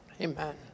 Amen